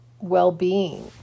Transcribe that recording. well-being